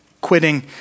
quitting